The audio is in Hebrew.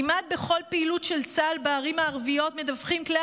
כמעט בכל פעילות של צה"ל בערים הערביות מדווחים כלי